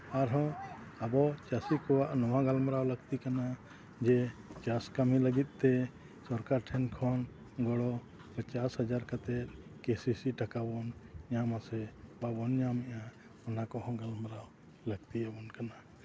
ᱟᱨᱦᱚᱸ ᱟᱵᱚ ᱪᱟᱹᱥᱤ ᱠᱚᱣᱟᱜ ᱱᱚᱣᱟ ᱜᱟᱞᱢᱟᱨᱟᱣ ᱞᱟᱹᱠᱛᱤ ᱠᱟᱱᱟ ᱡᱮ ᱪᱟᱥ ᱠᱟᱹᱢᱤ ᱞᱟᱹᱜᱤᱫ ᱛᱮ ᱥᱚᱨᱠᱟᱨ ᱴᱷᱮᱱ ᱠᱷᱚᱱ ᱜᱚᱲᱚ ᱪᱟᱥ ᱟᱡᱟᱨ ᱠᱟᱛᱮ ᱠᱨᱤᱥᱤ ᱴᱟᱠᱟ ᱵᱚᱱ ᱧᱟᱢᱮᱜᱼᱟ ᱥᱮ ᱵᱟᱵᱚᱱ ᱧᱟᱢᱮᱜᱼᱟ ᱚᱱᱟ ᱠᱚᱦᱚᱸ ᱜᱟᱢᱟᱨᱟᱣ ᱞᱟᱹᱠᱛᱤᱭᱟᱵᱚᱱ ᱠᱟᱱᱟ